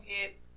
get